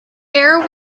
air